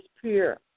pure